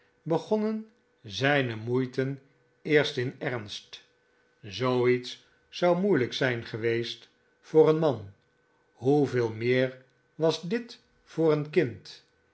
begonnen zijne moeiten eerst in ernst zoo iets zou moeielijk zijn geweest voor een man hoeveel meer was dit voor een kind